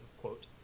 quote